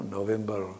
November